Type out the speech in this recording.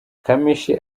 kamichi